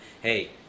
hey